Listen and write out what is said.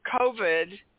COVID